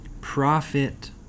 profit